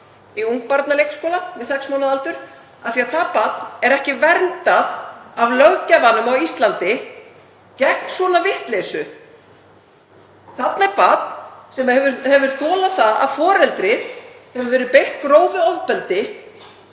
í ungbarnaleikskóla við sex mánaða aldur af því það barn er ekki verndað af löggjafanum á Íslandi gegn svona vitleysu. Þarna er barn sem hefur þolað að annað foreldrið hefur verið beitt grófu ofbeldi